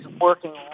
working